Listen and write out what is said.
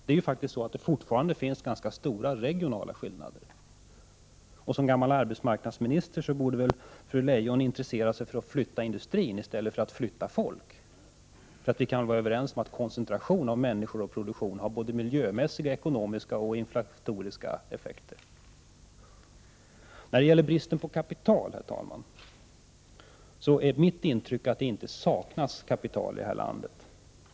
Det finns fortfarande ganska stora regionala skillnader, och som gammal arbetsmarknadsminister borde väl fru Leijon intressera sig för att flytta industrin i stället för att flytta folk. För vi kan väl vara överens om att koncentration av människor och produktion har både miljömässiga, ekonomiska och inflatoriska effekter. Fru talman! När det gäller bristen på kapital är mitt intryck att det inte saknas kapital i landet.